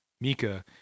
Mika